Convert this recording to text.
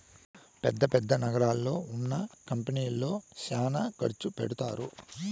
పెద్ద పెద్ద నగరాల్లో ఉన్న కంపెనీల్లో శ్యానా ఖర్చు పెడతారు